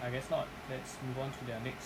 I guess not let's move on to their next